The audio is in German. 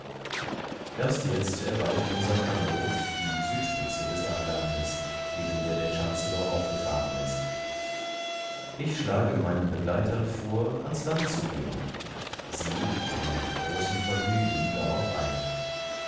eben jetzt erreicht unser canot die südspitze des eilandes neben der der chancellor aufgefahren ist ich schlage meinen begleitern vor an's land zu gehen sie gehen mit großem vergnügen darauf ein